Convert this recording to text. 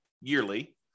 yearly